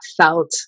felt